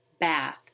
Bath